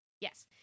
Yes